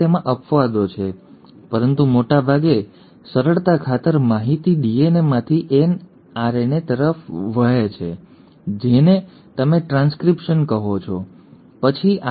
તેમાં અપવાદો છે પરંતુ મોટા ભાગે સરળતા ખાતર માહિતી ડીએનએમાંથી આરએનએ તરફ વહે છે જેને તમે ટ્રાન્સક્રિપ્શન કહો છો પછી આર